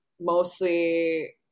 mostly